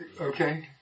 Okay